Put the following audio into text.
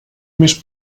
més